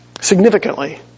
significantly